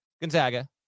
Gonzaga